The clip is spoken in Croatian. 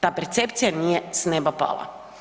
Ta percepcija nije s nema pala.